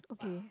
okay